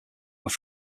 were